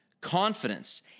confidence